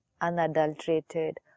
unadulterated